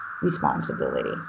responsibility